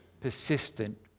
persistent